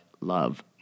Love